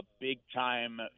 big-time